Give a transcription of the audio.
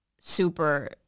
super